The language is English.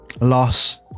loss